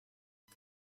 ist